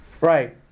Right